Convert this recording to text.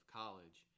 college